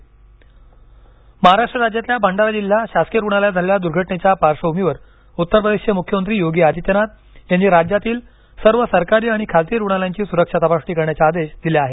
उत्तर प्रदेश रुग्णालय तपासणी महाराष्ट्र राज्यातल्या भंडारा जिल्हा शासकीय रुग्णालयात झालेल्या दुर्घा जेच्या पार्श्वभूमीवर उत्तर प्रदेशचे मुख्यमंत्री योगी आदित्यनाथ यांनी राज्यातील सर्व सरकारी आणि खासगी रुग्णालयांची सुरक्षा तपासणी करण्याचे आदेश दिले आहेत